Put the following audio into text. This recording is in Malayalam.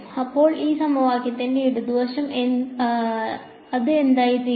അപ്പോൾ ഈ സമവാക്യത്തിന്റെ ഇടതുവശം അത് എന്തായിത്തീരും